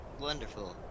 wonderful